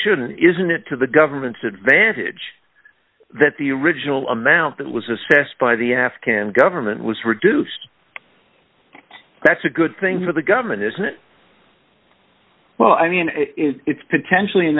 shouldn't isn't it to the government's advantage that the original amount that was assessed by the afghan government was reduced that's a good thing for the government isn't it well i mean it's potentially